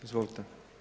Izvolite.